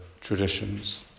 traditions